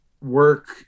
work